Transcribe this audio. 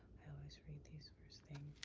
i always read these first thing.